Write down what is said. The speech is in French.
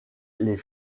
les